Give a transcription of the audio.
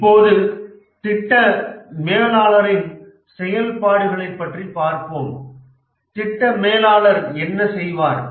இப்போது திட்ட மேலாளரின் செயல்பாடுகளைப் பற்றி பார்ப்போம் திட்ட மேலாளர் என்ன செய்வார்